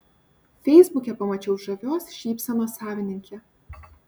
feisbuke pamačiau žavios šypsenos savininkę